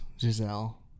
Giselle